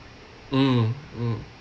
mm mm